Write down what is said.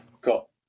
Cool